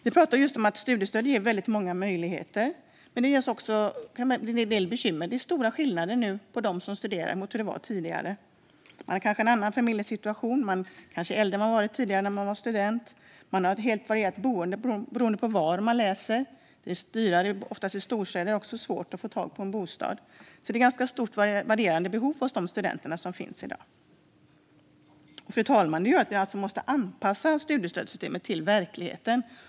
Vi pratade om att studiestödet ger många möjligheter, men det innebär också en del bekymmer. Det är större skillnader nu mellan dem som studerar än hur det var tidigare. Man har olika familjesituationer. Man kanske är äldre än vad studenter tidigare ofta var. Boendet varierar beroende på var man läser. Det är oftast dyrare i storstäder och också svårt att få tag på bostäder. Det är alltså ganska varierande behov hos studenterna i dag. Fru talman! Detta gör att vi måste anpassa studiestödssystemet till verkligheten.